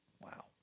Wow